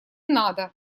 надо